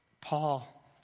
Paul